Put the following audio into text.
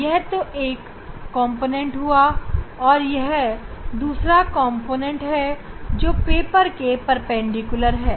यह तो एक कॉम्पोनेंट हुआ और दूसरा कॉम्पोनेंट पेपर के प्लेन के परपेंडिकुलर है